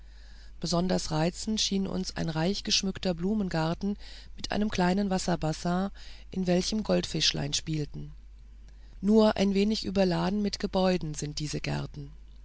besonders reizend erschien uns ein reich geschmückter blumengarten mit einem kleinen wasserbassin in welchem goldfischchen spielten nur ein wenig zu überladen mit gebäuden sind diese gärten